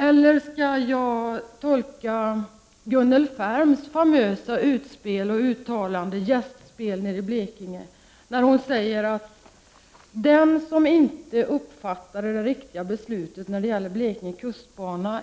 Hur skall jag tolka Gunnel Färms famösa uttalande vid hennes gästspel i Blekinge där hon säger att den som inte uppfattade vad som blev det riktiga beslutet i riksdagen om Blekinge kustbana